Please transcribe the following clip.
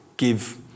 Give